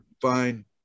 fine